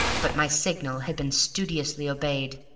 but my signals had been studiously obeyed,